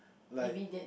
like